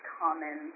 common